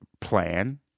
plan